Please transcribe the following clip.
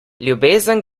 ljubezen